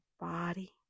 body